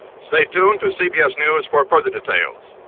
stay tuned to cbs news for further details.